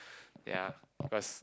ya plus